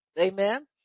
Amen